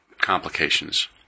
complications